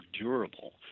durable